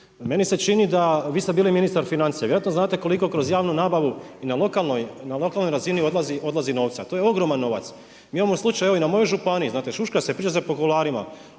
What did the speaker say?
Meni se čini da, vi ste bili ministar financija, vjerojatno znate koliko kroz javnu nabavu i na lokalnoj, na lokalnoj razini odlazi novca a to je ogroman novac. Mi imamo slučaj, evo i na mojoj županiji, priča se po kuloarima,